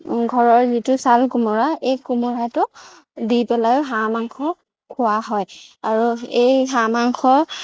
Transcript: ঘৰৰ যিটো চাল কোমোৰা এই কোমোৰাটো দি পেলাইয়ো হাঁহ মাংস খোৱা হয় আৰু এই হাঁহ মাংস